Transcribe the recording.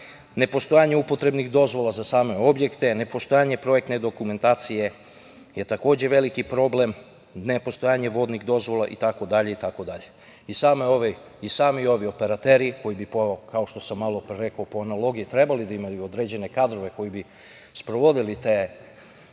vreme. Nepostojanje upotrebnih dozvola za same objekte, nepostojanje projektne dokumentacije je takođe veliki problem. Nepostojanje vodnih dozvola itd, itd. I sami ovi operateri, koji bi po, kao što sam malopre rekao, po analogiji trebali da imaju određene kadrove koji bi sprovodili te zadatke,